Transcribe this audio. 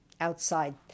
outside